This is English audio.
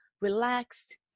relaxed